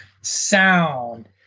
sound